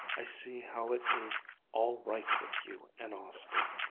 i see how it is all right with you and austin.